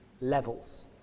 levels